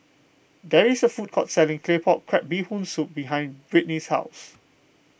there is a food court selling Claypot Crab Bee Hoon Soup behind Brittnie's house